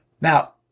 Now